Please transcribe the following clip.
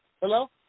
Hello